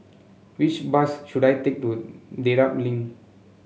which bus should I take to Dedap Link